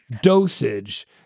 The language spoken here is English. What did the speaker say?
dosage